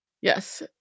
Yes